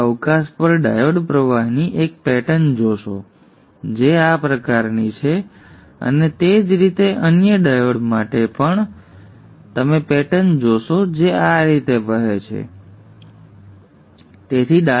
તેથી તમે અવકાશ પર ડાયોડ પ્રવાહની એક પેટર્ન જોશો જે આ પ્રકારની છે અને તે જ રીતે અન્ય ડાયોડ માટે પણ તમે ડાયોડ પ્રવાહની પેટર્ન જોશો જે આ રીતે વહે છે અને કૂદકો લગાવે છે અને પછી તે જ રીતે જાય છે